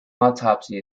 autopsy